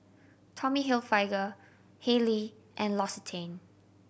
Tommy Hilfiger Haylee and L'Occitane